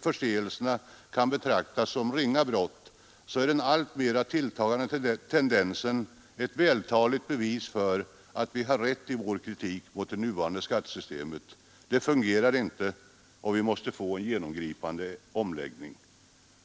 förseelserna kan betraktas som ringa brott så är den alltmera tilltagande tendensen ett vältaligt bevis för att vi har rätt i vår kritik mot det nuvarande skattesystemet — det fungerar inte och vi måste få en genomgripande omläggning.